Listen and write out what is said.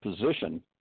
position